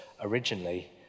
originally